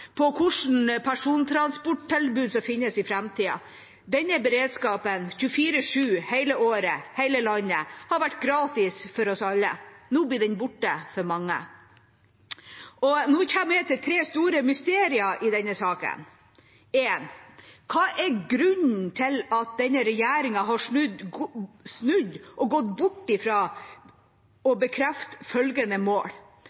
på hvilket persontransporttilbud som finnes i framtida. Denne beredskapen 24/7 hele året i hele landet har vært gratis for oss alle. Nå blir den borte for mange. Nå kommer jeg til tre store mysterier i denne saken: Nummer én: Hva er grunnen til at regjeringa har snudd og gått bort ifra